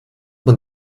man